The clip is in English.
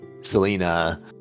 Selena